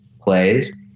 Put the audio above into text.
plays